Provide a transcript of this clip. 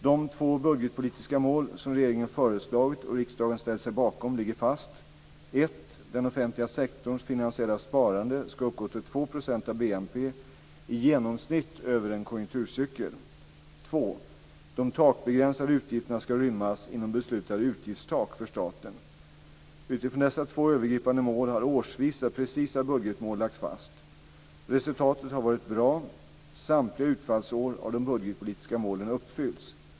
De två budgetpolitiska mål som regeringen föreslagit och riksdagen ställt sig bakom ligger fast: 1. Den offentliga sektorns finansiella sparande ska uppgå till 2 % av BNP i genomsnitt över en konjunkturcykel. 2. De takbegränsade utgifterna ska rymmas inom beslutade utgiftstak för staten. Utifrån dessa två övergripande mål har årsvisa precisa budgetmål lagts fast. Resultatet har varit bra; samtliga utfallsår har de budgetpolitiska målen uppfyllts.